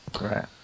Right